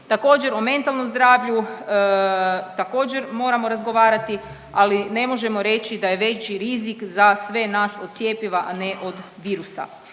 Također, o mentalnom zdravlju također moramo razgovarati, ali ne možemo reći da je veći rizik za sve nas od cjepiva, a ne od virusa.